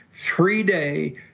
three-day